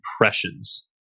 impressions